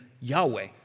Yahweh